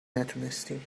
نتونستیم